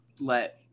let